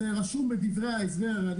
זה רשום בדברי ההסבר.